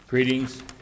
Greetings